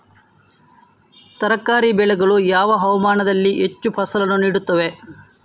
ತರಕಾರಿ ಬೆಳೆಗಳು ಯಾವ ಹವಾಮಾನದಲ್ಲಿ ಹೆಚ್ಚು ಫಸಲನ್ನು ನೀಡುತ್ತವೆ?